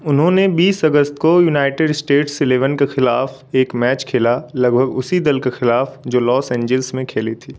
उन्होंने बीस अगस्त को यूनाइटेड स्टेट्स इलेवन के खिलाफ एक मैच खेला लगभग उसी दल के खिलाफ जो लॉस एंजिल्स में खेली थी